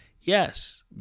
yes